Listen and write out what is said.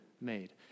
made